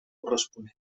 corresponents